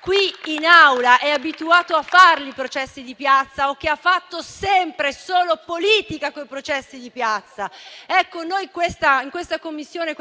qui in Aula, è abituato a fare i processi di piazza o che ha fatto politica sempre e solo con i processi di piazza. Ecco, questa Commissione